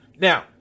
Now